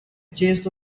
chest